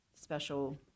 special